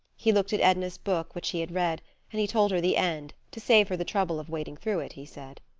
he looked at edna's book, which he had read and he told her the end, to save her the trouble of wading through it, he said.